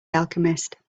alchemist